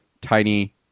tiny